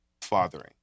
fathering